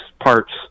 parts